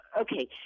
okay